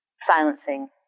silencing